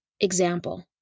Example